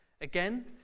Again